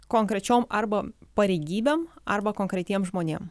konkrečiom arba pareigybėm arba konkretiem žmonėm